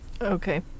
okay